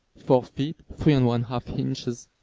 four feet, three and one-half inches.